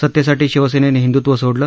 सतेसाठी शिवसेनेनं हिंद्त्व सोडलं